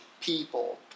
people